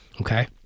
Okay